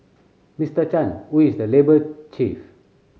Mister Chan who is the labour chief